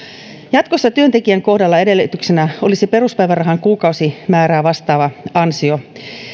jatkossa työntekijän kohdalla edellytyksenä olisi peruspäivärahan kuukausimäärää vastaava ansio